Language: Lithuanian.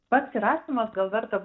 pats įrašymas gal verta